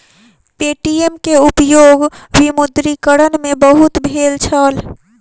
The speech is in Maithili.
पे.टी.एम के उपयोग विमुद्रीकरण में बहुत भेल छल